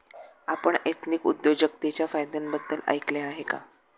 आपण एथनिक उद्योजकतेच्या फायद्यांबद्दल ऐकले आहे का?